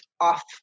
off